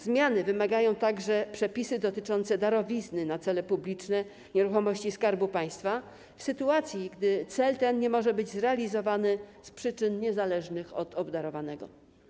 Zmiany wymagają także przepisy dotyczące darowizny na cele publiczne nieruchomości Skarbu Państwa, w sytuacji gdy cel ten nie może być zrealizowany z przyczyn niezależnych od obdarowanego.